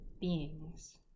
beings